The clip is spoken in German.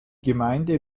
gemeinde